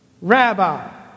Rabbi